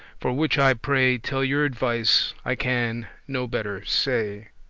for which i pray tell your advice, i can no better say.